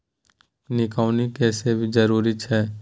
निकौनी के भी जरूरी छै की?